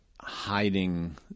hiding